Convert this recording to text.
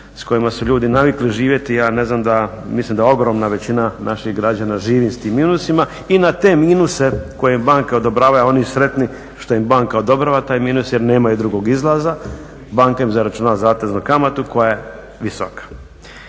s kojima su ljudi navikli živjeti. Ja ne znam mislim da ogromna većina naših građana živi s tim minusima i na te minuse koje banke odobravaju a oni sretni što im banka odobrava taj minus jer nemaju drugog izlaza, banke im zaračunavaju zateznu kamatu koja je visoka.